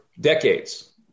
decades